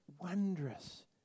wondrous